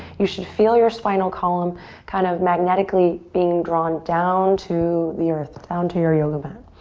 you should feel your spinal column kind of magnetically being drawn down to the earth, down to your yoga mat.